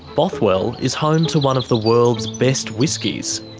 bothwell is home to one of the world's best whiskeys.